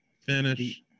Finish